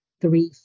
three